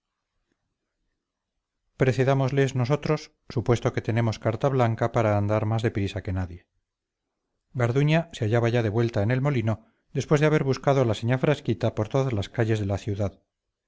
toñuelo precedámosles nosotros supuesto que tenemos carta blanca para andar más de prisa que nadie garduña se hallaba ya de vuelta en el molino después de haber buscado a la señá frasquita por todas las calles de la ciudad